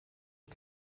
you